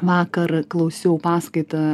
vakar klausiau paskaitą